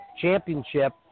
championship